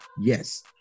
Yes